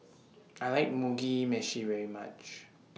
I like Mugi Meshi very much